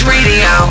Radio